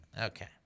Okay